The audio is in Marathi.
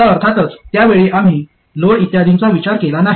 आता अर्थातच त्या वेळी आम्ही लोड इत्यादींचा विचार केला नाही